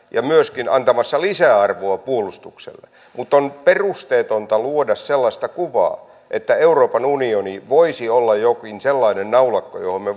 ja myöskin antamassa lisäarvoa puolustukselle mutta on perusteetonta luoda sellaista kuvaa että euroopan unioni voisi olla jokin sellainen naulakko johon me